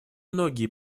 многие